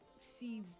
see